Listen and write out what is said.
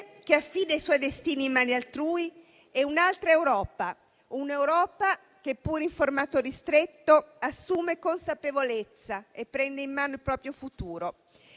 che affida i suoi destini in mani altrui e un'altra Europa che, pur in formato ristretto, assume consapevolezza e prende in mano il proprio futuro;